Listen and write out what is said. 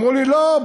אמרו לי: לא,